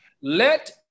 Let